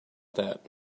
that